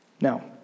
Now